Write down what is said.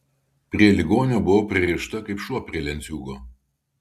prie ligonio buvau pririšta kaip šuo prie lenciūgo